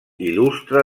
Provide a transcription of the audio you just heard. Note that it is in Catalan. il·lustre